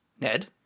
Ned